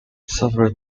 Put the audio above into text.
several